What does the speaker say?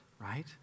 right